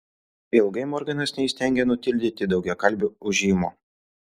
ilgai morganas neįstengė nutildyti daugiakalbio ūžimo